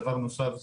דבר נוסף,